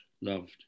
loved